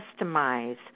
customize